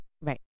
right